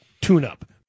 tune-up